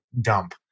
dump